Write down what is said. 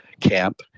camp